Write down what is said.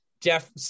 Jeff